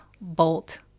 bolt